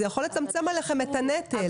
זה יכול לצמצם לכם את הנטל.